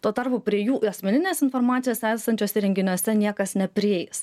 tuo tarpu prie jų asmeninės informacijos esančios įrenginiuose niekas neprieis